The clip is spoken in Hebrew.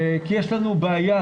כי יש לנו בעיה,